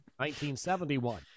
1971